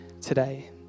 today